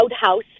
House